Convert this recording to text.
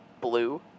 Blue